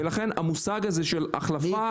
ולכן המושג הזה של החלפה,